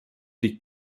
die